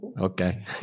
Okay